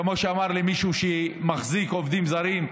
כמו שאמר לי מישהו שמחזיק עובדים זרים.